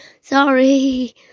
Sorry